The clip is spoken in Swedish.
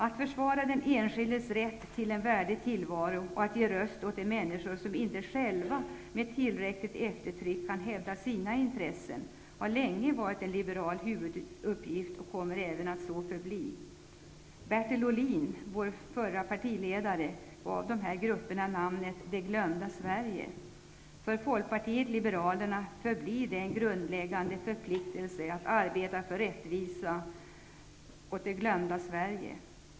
Att försvara den enskildes rätt till en värdig tillvaro och att ge röst åt de människor som själva inte med tillräckligt eftertryck kan hävda sina intressen har länge varit, och kommer att förbli, en liberal huvuduppgift. Bertil Ohlin, tidigare partiledare för Folkpartiet, kom att benämna de här grupperna det glömda Sverige. För Folkpartiet liberalerna förblir det en grundläggande förpliktelse att arbeta för rättvisa åt det glömda Sverige.